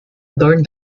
adorn